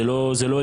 זה לא הגיוני.